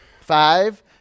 Five